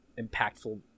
impactful